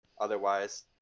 Otherwise